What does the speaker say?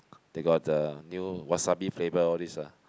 they got the new wasabi flavor all these lah